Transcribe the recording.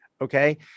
okay